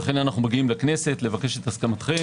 לכן אנו מגיעים לכנסת, לבקש את הסכמתכם.